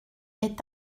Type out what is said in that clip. est